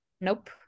Nope